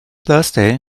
thursday